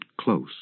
close